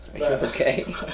Okay